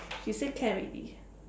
she say can already